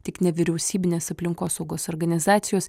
tik nevyriausybinės aplinkosaugos organizacijos